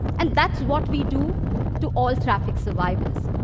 and that's what we do to all traffic survivors.